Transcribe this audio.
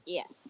Yes